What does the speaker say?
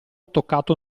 toccato